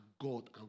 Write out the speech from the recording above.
God